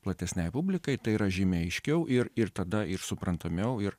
platesnei publikai tai yra žymiai aiškiau ir ir tada ir suprantamiau ir